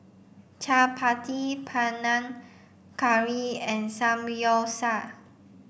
Chapati Panang Curry and Samgyeopsal